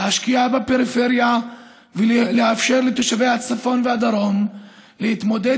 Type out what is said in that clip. להשקיע בפריפריה ולאפשר לתושבי הצפון והדרום להתמודד